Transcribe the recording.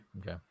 Okay